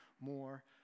more